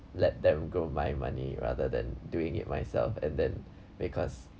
let them grow my money rather than doing it myself and then because